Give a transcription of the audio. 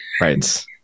right